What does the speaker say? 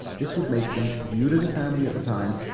this would make them, viewed as a family at the time,